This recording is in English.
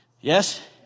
Yes